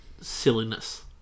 silliness